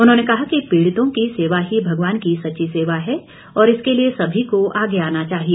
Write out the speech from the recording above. उन्होंने कहा कि पीड़ितों की सेवा ही भगवान की सच्ची सेवा है और इसके लिए सभी को आगे आना चाहिए